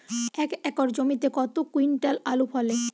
এক একর জমিতে কত কুইন্টাল আলু ফলে?